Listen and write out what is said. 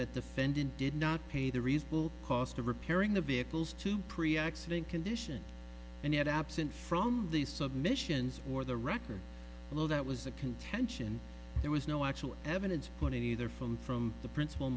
that the fended did not pay the reasonable cost of repairing the vehicles to pre x mint condition and yet absent from the submissions for the record low that was the contention there was no actual evidence pointed either from from the principal